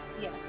Yes